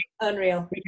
Unreal